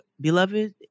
beloved